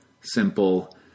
simple